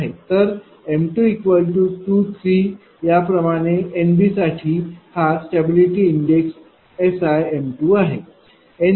तर m223 NB साठी हा स्टॅबिलिटी इंडेक्स SIm2 आहे